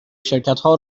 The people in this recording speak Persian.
شرکتها